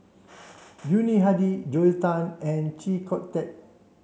Yuni Hadi Joel Tan and Chee Kong Tet